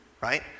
Right